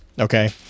okay